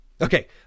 Okay